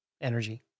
Energy